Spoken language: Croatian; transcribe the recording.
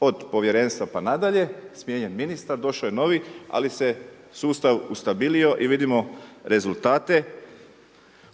od povjerenstva pa nadalje, smijenjen ministar, došao je novi ali se sustav ustabilio i vidimo rezultate.